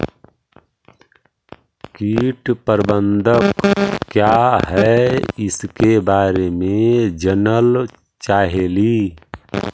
कीट प्रबनदक क्या है ईसके बारे मे जनल चाहेली?